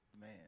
man